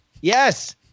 Yes